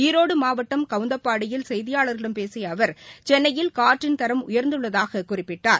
ஈரோடுமாவட்டம் கவுந்தப்பாடியில் செய்தியாளர்களிடம் பேசியஅவர் சென்னையில் காற்றின் தரம் உயர்ந்துள்ளதாககுறிப்பிட்டார்